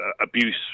abuse